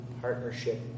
partnership